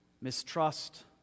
mistrust